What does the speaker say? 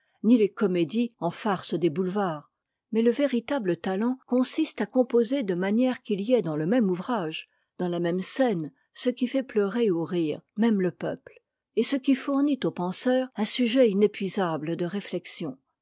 ni les comédies en farces des boutevards mais le véritable talent consiste à composer de manière qu'il y ait dans le même ouvrage dans la même scène ce qui fait pleurer ou rire même le peuple et ce qui fournit aux penseurs un sujet inépuisable de réflexion